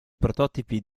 prototipi